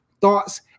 thoughts